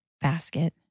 basket